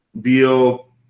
Beal